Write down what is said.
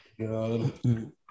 God